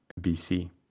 BC